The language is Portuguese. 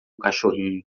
cachorrinho